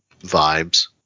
vibes